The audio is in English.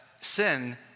sin